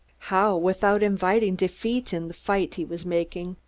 how, without inviting defeat in the fight he was making?